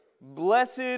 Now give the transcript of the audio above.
Blessed